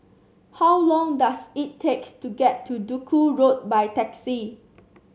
how long does it takes to get to Duku Road by taxi